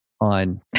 on